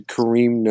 Kareem